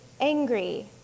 angry